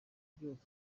byose